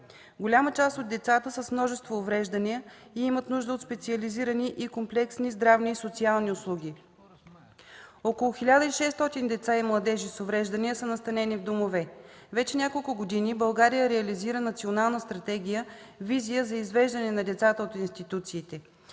Голяма част от децата са с множество увреждания и имат нужда от специализирани и комплексни здравни и социални услуги. Около 1600 деца и младежи с увреждания са настанени в домове. Вече няколко години България реализира национална стратегия, визия за извеждане на децата от институциите,